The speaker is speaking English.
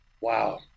Wow